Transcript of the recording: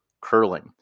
curling